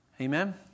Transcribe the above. Amen